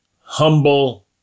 humble